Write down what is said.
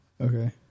Okay